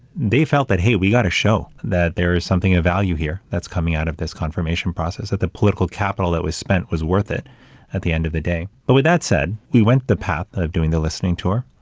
they felt that, hey, we got to show that there is something of value here that's coming out of this confirmation process, that the political capital that was spent was worth it at the end of the day. but with that said, we went went the path of doing the listening tour.